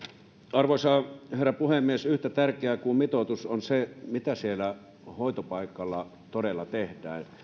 arvoisa herra puhemies yhtä tärkeä kuin mitoitus on se mitä siellä hoitopaikalla todella tehdään